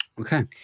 Okay